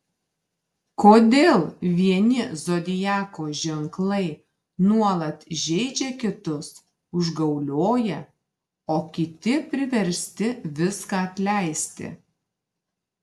kodėl vieni zodiako ženklai nuolat žeidžia kitus užgaulioja o kiti priversti viską atleisti